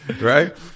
right